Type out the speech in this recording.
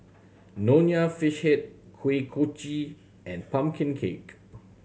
Nonya Fish Head Kuih Kochi and pumpkin cake